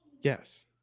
Yes